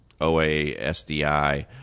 OASDI